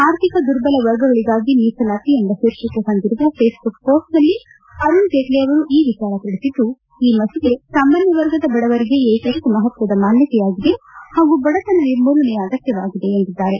ಆರ್ಥಿಕ ದುರ್ಬಲ ವರ್ಗಗಳಿಗಾಗಿ ಮೀಸಲಾತಿ ಎಂಬ ಶೀರ್ಷಿಕೆ ಹೊಂದಿರುವ ಫೇಸ್ಬುಕ್ ಮೋಸ್ಟ್ನಲ್ಲಿ ಅರುಣ್ ಜೇಟ್ಲಿ ಅವರು ಈ ವಿಚಾರ ತಿಳಿಸಿದ್ದು ಈ ಮಸೂದೆ ಸಾಮಾನ್ಯ ವರ್ಗದ ಬಡವರಿಗೆ ಏಕೈಕ ಮಹತ್ವದ ಮಾನ್ಯತೆಯಾಗಿದೆ ಹಾಗೂ ಬಡತನ ನಿರ್ಮೂಲನೆಯ ಅಗತ್ಯವಾಗಿದೆ ಎಂದಿದ್ದಾರೆ